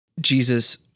Jesus